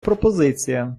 пропозиція